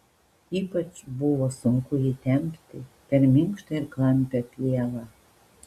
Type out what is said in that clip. ypač buvo sunku jį tempti per minkštą ir klampią pievą